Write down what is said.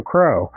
Crow